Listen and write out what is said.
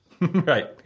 Right